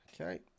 Okay